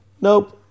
Nope